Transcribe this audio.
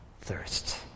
thirst